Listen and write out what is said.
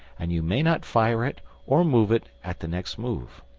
and you may not fire it or move it at the next move.